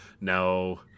no